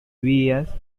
vías